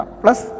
plus